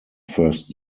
first